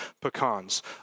pecans